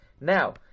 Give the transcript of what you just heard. Now